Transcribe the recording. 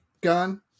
gun